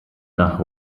nach